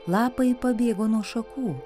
lapai pabėgo nuo šakų